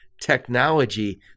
technology